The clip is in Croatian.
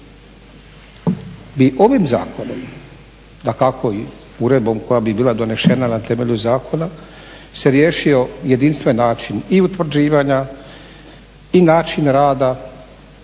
bi ovim zakonom dakako i uredbom koja bi bila donešena na temelju zakona se riješio i jedinstven način i utvrđivanja i način rada